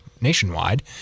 nationwide